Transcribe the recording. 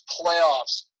playoffs